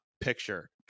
picture